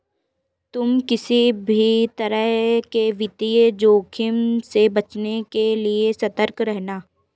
तुम किसी भी तरह के वित्तीय जोखिम से बचने के लिए सतर्क रहना